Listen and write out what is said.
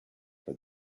for